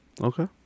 Okay